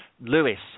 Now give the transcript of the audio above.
Lewis